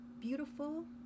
beautiful